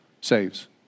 saves